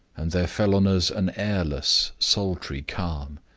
and there fell on us an airless, sultry calm.